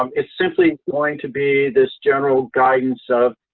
um it's simply going to be this general guidance of,